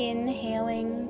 Inhaling